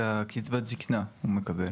את קצבת הזיקנה הוא מקבל.